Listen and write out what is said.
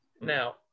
Now